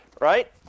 right